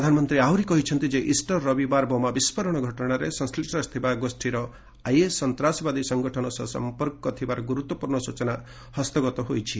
ପ୍ରଧାନମନ୍ତ୍ରୀ ଆହୁରି କହିଛନ୍ତି ଯେ ଇଷ୍ଟର ରବିବାର ବୋମା ବିସ୍ଫୋରଣ ଘଟଣାରେ ସଂଶ୍ରିଷ୍ଟ ଥିବା ଗୋଷ୍ଠୀର ଆଇଏସ୍ ସନ୍ତ୍ରାସବାଦୀ ସଂଗଠନ ସହ ସମ୍ପର୍କ କରାଇଥିବା ବିଷୟ ସମ୍ପର୍କରେ ଗୁରୁତ୍ୱପୂର୍ଣ୍ଣ ସୂଚନା ହସ୍ତଗତ ହୋଇଛି